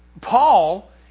Paul